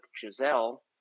Giselle